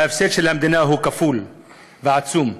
ההפסד של המדינה הוא כפול, ועצום.